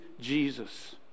Jesus